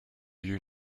you